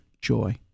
joy